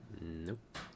Nope